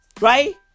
right